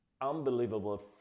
unbelievable